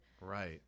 Right